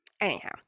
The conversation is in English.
Anyhow